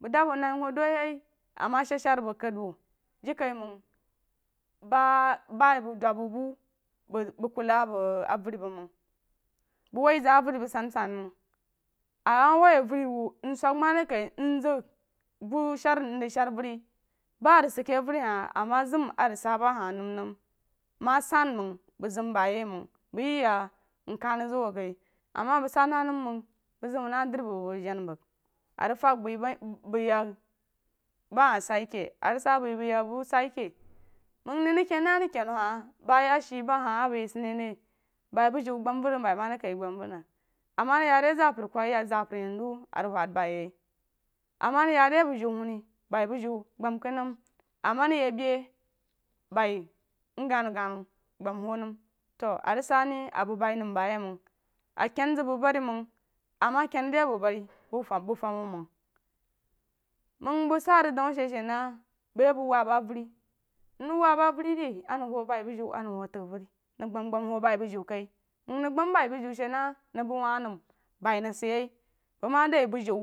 Bəng dam wuh nai wuh du yi ama sedsher bəng kadwu jirikaiməng ba ba yi bəng dub mən bu bəng bəng kula bəng avər bəng wah zig a avəri bəng sansan məng ama wuh avəri wuh məng sah ma r kal bu shar mzəng shar avəri ba a rig sid a ise avəri hah ama zam a rig sah ba hah nəm nəm ma san məng bəng zam ba yi məng bəng yi ya mkan rig zəng wu kai ama bəng sah nah məng mzam nah dri məng bəng jana bəng a rig fang bəi bai bəng yek ba hah sah məm keh a rig sah bəi bəng yek bu sah keh məng nəng ri ken na di kenu hah ba ya a she ba hha a bəng yi sid ne bai muju gbam vən rig bai ma rig kai gbam vən rig ama ya di zampər kui zapər yen zu a rig wad bai yai ama rig ya di musu wuni bai muju gbam kad nəm ama rig ye beí bai mgygu gbam kad nəm to rig sah ni a bəng bai nəm ba yi məng a kan zəng bəng bari məng ama kan da bəng bari məg fum wu məng, məng bəng suh rig dəu a shi she na bəi a bəng wab a avəri nəng wab avəri ri nən wu vai muju a na’n wu tag avəri nən gbam gbam wu bai muji kai məng nəng gbam muji she na nəng məng wa nəm bəng ma di yi muju